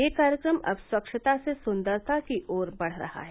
ये कार्यक्रम अब स्वच्छता से सुंदरता की ओर बढ़ रहा है